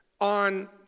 on